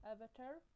Avatar